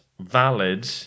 valid